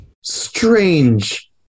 strange